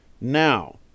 Now